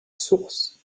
source